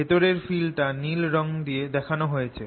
ভেতরের ফিল্ডটা নিল রঙ দিয়ে দেখান হয়েছে